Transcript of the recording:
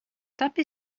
tuppy